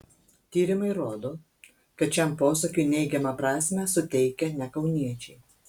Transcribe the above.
tyrimai rodo kad šiam posakiui neigiamą prasmę suteikia ne kauniečiai